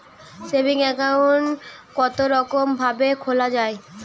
Saving account কতরকম ভাবে খোলা য়ায়?